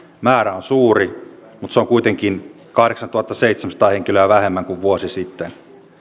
määrä on suuri mutta se on kuitenkin kahdeksantuhattaseitsemänsataa henkilöä vähemmän kuin vuosi sitten